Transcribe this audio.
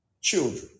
children